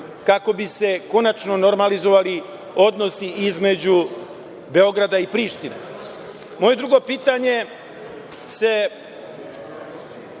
kako bi se konačno normalizovali odnosi između Beograda i Prištine? Moje drugo pitanje se